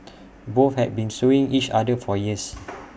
both had been suing each other for years